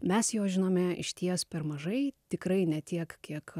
mes jo žinome išties per mažai tikrai ne tiek kiek